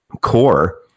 core